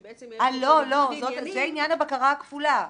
שבעצם יש לו פה בניגוד עניינים ---?